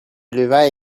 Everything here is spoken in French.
leva